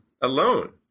alone